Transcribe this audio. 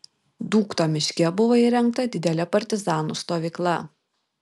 dūkto miške buvo įrengta didelė partizanų stovykla